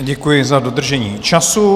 Děkuji za dodržení času.